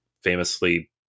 famously